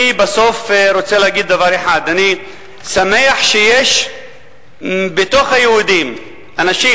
בסוף אני רוצה להגיד דבר אחד: אני שמח שיש בקרב היהודים אנשים,